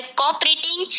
cooperating